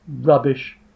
rubbish